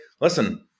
listen